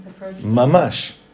Mamash